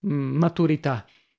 maturità